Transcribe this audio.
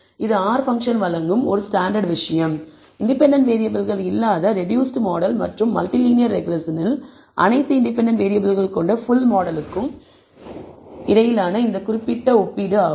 இது R function வழங்கும் ஒரு ஸ்டாண்டர்ட் விஷயம் இண்டிபெண்டன்ட் வேறியபிள்கள் இல்லாத ரெடூஸ்ட் மாடல் மற்றும் மல்டி லீனியர் ரெக்ரெஸ்ஸனில் அனைத்து இண்டிபெண்டன்ட் வேறியபிள்கள் கொண்ட ஃபுல் மாடலுக்கும் இடையிலான இந்த குறிப்பிட்ட ஒப்பீடு ஆகும்